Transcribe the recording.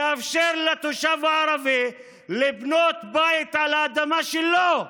לאפשר לתושב ערבי לבנות בית על האדמה שלו,